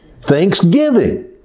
Thanksgiving